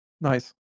Nice